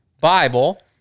Bible